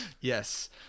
yes